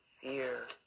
fear